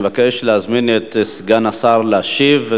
אני מבקש להזמין את סגן השר להשיב,